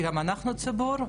כי גם אנחנו ציבור,